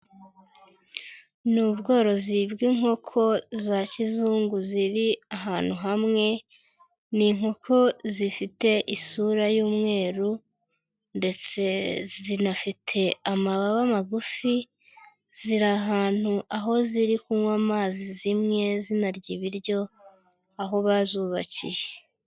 Ni ubworozi bw'inkoko za kizungu ziri ahantu hamwe, ni inkoko zifite isura y'umweru, ndetse zinafite amababa magufi, ziri ahantu aho ziri kunywa amazi, zimwe zinarya ibiryo aho bazubakiye.